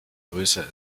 größer